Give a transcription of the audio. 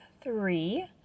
three